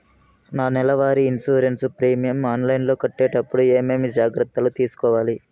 నా నెల వారి ఇన్సూరెన్సు ప్రీమియం ఆన్లైన్లో కట్టేటప్పుడు ఏమేమి జాగ్రత్త లు తీసుకోవాలి?